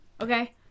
okay